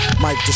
Mike